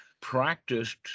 practiced